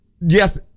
Yes